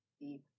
deep